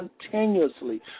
continuously